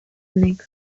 honek